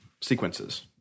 sequences